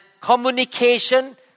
communication